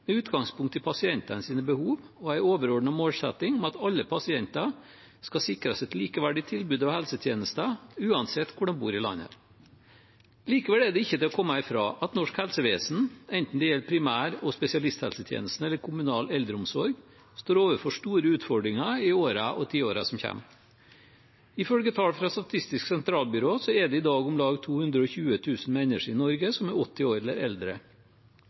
med utgangspunkt i pasientenes behov og en overordnet målsetting om at alle pasienter skal sikres et likeverdig tilbud av helsetjenester uansett hvor de bor i landet. Likevel er det ikke til å komme bort fra at norsk helsevesen, enten det gjelder primær- og spesialisthelsetjenesten eller kommunal eldreomsorg, står overfor store utfordringer i årene og tiårene som kommer. Ifølge tall fra Statistisk sentralbyrå er det i dag om lag 220 000 mennesker i Norge som er 80 år eller eldre.